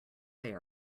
they